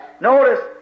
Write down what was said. Notice